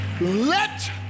let